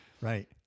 right